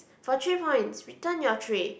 for three points return your tray